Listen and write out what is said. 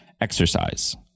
exercise